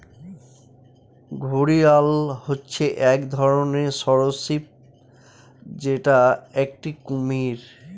ঘড়িয়াল হচ্ছে এক ধরনের সরীসৃপ যেটা একটি কুমির